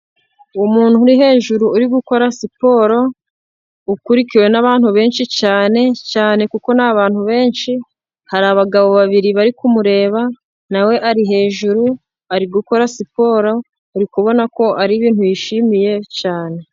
Umuntu uri hejuru uri gukora siporo, ukurikiwe n'abantu benshi cyane, cyane kuko ni bantu benshi, hari abagabo babiri bari kumureba, nawe ari hejuru, ari gukora siporo, uri kubona ko ari ibintu bishimiye cyane.